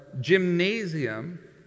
gymnasium